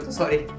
sorry